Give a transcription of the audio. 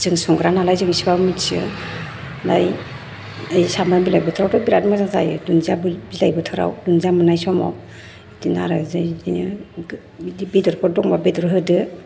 जों संग्रा नालाय जों एसेबाबो मिथियो आरो ओमफ्राय सामब्राम बिलाइ बोथोरावथ' बिराथ मोजां जायो दुनदिया बि बिलाइ बोथोराव दुनदिया मोननाय समाव बिदिनो आरो जै बिदिनो गो बिदि बेदरफोर दंबा बेदर होदो